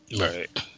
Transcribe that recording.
Right